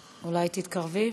אולי תתקרבי.